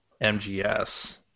MGS